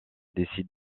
décide